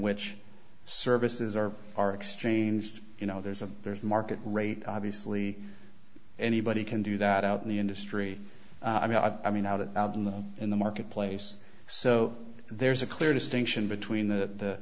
which services are are exchanged you know there's a there's a market rate obviously anybody can do that out in the industry i mean i mean out it out in the in the marketplace so there's a clear distinction between the